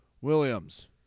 Williams